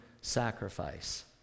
sacrifice